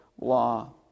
law